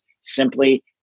simply